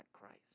Christ